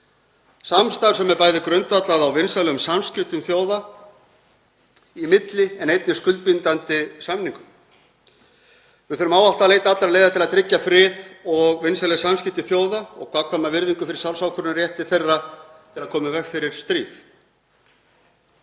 samstarf sem er bæði grundvallað á vinsamlegum samskiptum þjóða í milli en einnig skuldbindandi samningum. Við þurfum ávallt að leita allra leiða til að tryggja frið og vinsamleg samskipti þjóða og gagnkvæma virðingu fyrir sjálfsákvörðunarrétti þeirra til að koma í veg fyrir stríð.